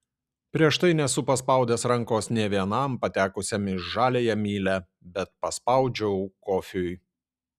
prieš tai nesu paspaudęs rankos nė vienam patekusiam į žaliąją mylią bet paspaudžiau kofiui